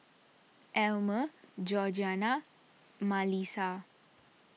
Elmer Georgiana and Malissa